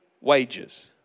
wages